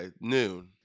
Noon